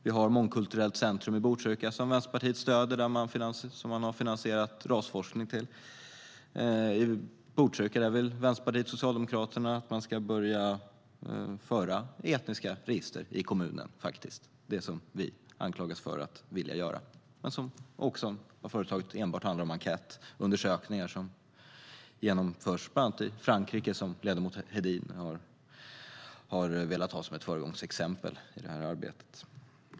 Vi har Mångkulturellt centrum i Botkyrka, som Vänsterpartiet stöder och som man har finansierat rasforskning till. I Botkyrka vill Vänsterpartiet och Socialdemokraterna faktiskt att man ska börja föra etniska register i kommunen - det vi anklagas för att vilja göra men där vi enbart har föreslagit enkätundersökningar som genomförs bland annat i Frankrike, som ledamoten Hedin har velat ha som ett föregångsexempel i det här arbetet.